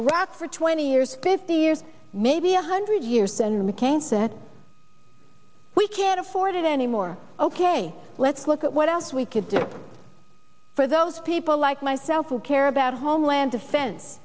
iraq for twenty years fifty years maybe a hundred years senator mccain said we can't afford it anymore ok let's look at what else we could do for those people like myself who care about homeland defense